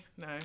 no